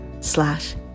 slash